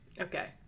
Okay